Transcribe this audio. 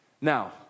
Now